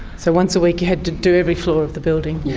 so once a week you had to do every floor of the building? yeah.